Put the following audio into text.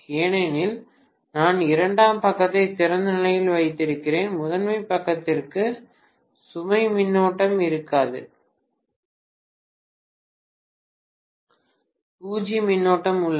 ஏனெனில் நான் இரண்டாம் பக்கத்தை திறந்த நிலையில் வைத்திருக்கிறேன் முதன்மை பக்கத்திற்கு சுமை மின்னோட்டம் இருக்காது இரண்டாம் பக்கத்திற்கு பூஜ்ஜிய மின்னோட்டம் உள்ளது